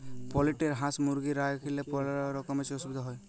poultry হাঁস, মুরগি রাইখলেই ম্যালা রকমের ছব অসুবিধা হ্যয়